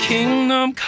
Kingdom